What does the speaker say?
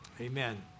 Amen